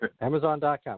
Amazon.com